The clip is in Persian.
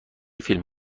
فیلم